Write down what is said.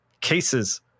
cases